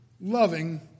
loving